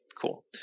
cool